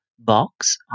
Box